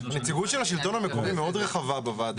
הנציגות של השלטון המקומי מאוד רחבה בוועדה.